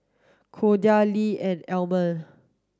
Cordia Lyle and Almond